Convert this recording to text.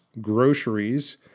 groceries